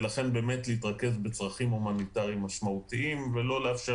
לכן להתרכז בצרכים הומניטריים משמעותיים ולא לאפשר